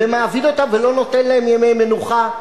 ומעביד אותם ולא נותן להם ימי מנוחה,